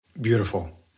Beautiful